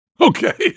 Okay